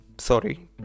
Sorry